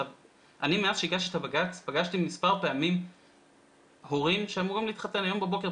מאז שהגשתי את הבג"ץ פגשתי מספר פעמים הורים שאמורים להתחתן היום בבוקר.